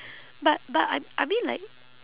but but I I mean like